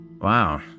Wow